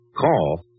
call